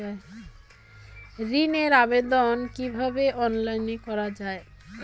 ঋনের আবেদন কিভাবে অনলাইনে করা যায়?